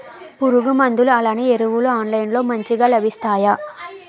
పురుగు మందులు అలానే ఎరువులు ఆన్లైన్ లో మంచిగా లభిస్తాయ?